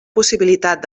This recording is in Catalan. possibilitat